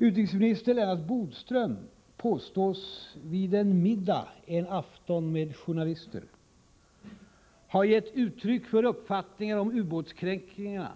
Utrikesminister Lennart Bodström påstås vid en middag en afton med journalister ha gett uttryck för uppfattningar om ubåtskränkningarna